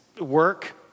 work